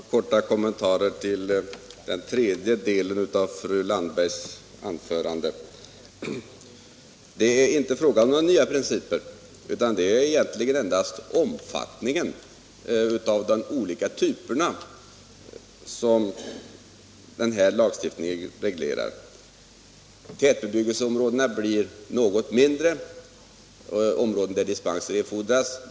Herr talman! Jag skall bara göra några korta kommentarer till den tredje delen av fru Landbergs anförande. Det är inte fråga om några nya principer utan det är egentligen endast omfattningen av de olika typerna som denna lagstiftning reglerar. Tätbebyggelseområdena blir något mindre — områden där dispenser erfordras.